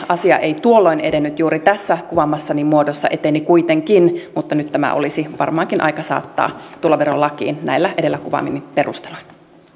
asia ei tuolloin edennyt juuri tässä kuvaamassani muodossa eteni kuitenkin mutta nyt tämä olisi varmaankin aika saattaa tuloverolakiin näillä edellä kuvaamillani perusteluilla